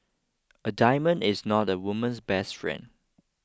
a diamond is not a woman's best friend